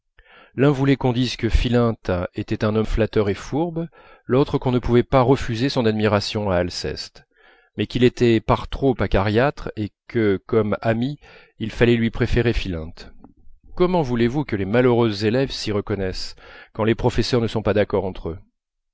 l'un voulait qu'on dise que philinte était un homme flatteur et fourbe l'autre qu'on ne pouvait pas refuser son admiration à alceste mais qu'il était par trop acariâtre et que comme ami il fallait lui préférer philinte comment voulez-vous que les malheureuses élèves s'y reconnaissent quand les professeurs ne sont pas d'accord entre eux